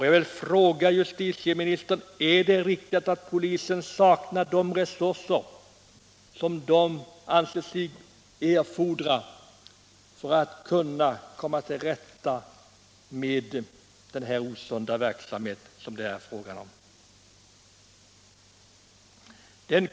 Jag vill fråga justitieministern: Är det riktigt att polisen saknar de resurser som den anser sig behöva för att kunna komma till rätta med denna osunda verksamhet?